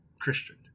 Christian